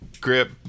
grip